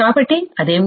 కాబట్టి అది ఏమిటి